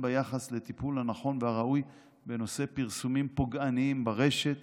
ביחס לטיפול הנכון והראוי בנושא פרסומים פוגעניים ברשת